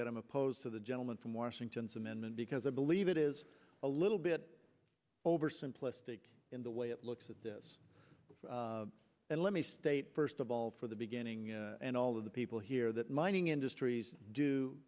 that i'm opposed to the gentleman from washington's amendment because i believe it is a little bit over simplistic in the way it looks at this and let me state first of all for the beginning and all of the people here that mining industries do